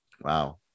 Wow